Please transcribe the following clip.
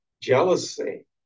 jealousy